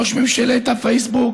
ראש ממשלת הפייסבוק